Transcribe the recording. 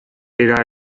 era